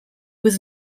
was